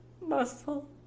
muscle